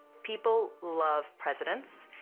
people love presidents.